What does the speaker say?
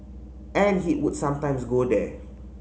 and he would sometimes go there